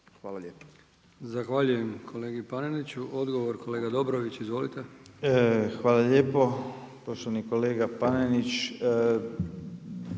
Hvala lijepa